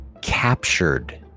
captured